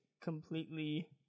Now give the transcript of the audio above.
completely